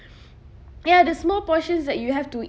ya the small portions that you have to